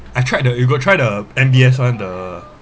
I tried the you got try the M_B_S one the